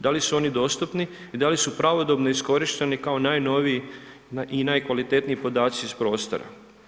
Da li su oni dostupni i da li su pravodobno iskorišteni kao najnoviji i najkvalitetniji podaci iz prostora.